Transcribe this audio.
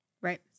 Right